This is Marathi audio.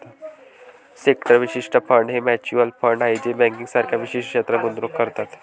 सेक्टर विशिष्ट फंड हे म्युच्युअल फंड आहेत जे बँकिंग सारख्या विशिष्ट क्षेत्रात गुंतवणूक करतात